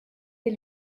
des